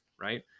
right